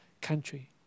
country